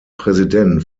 präsident